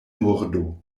murdo